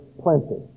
plenty